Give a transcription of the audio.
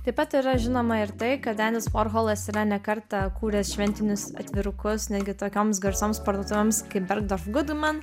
taip pat yra žinoma ir tai kad endis vorholas yra ne kartą kūręs šventinius atvirukus netgi tokioms garsioms parduotuvėms